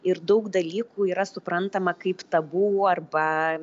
ir daug dalykų yra suprantama kaip tabu arba